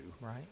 right